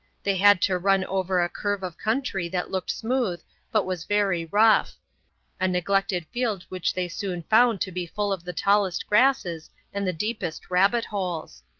they had to run over a curve of country that looked smooth but was very rough a neglected field which they soon found to be full of the tallest grasses and the deepest rabbit-holes.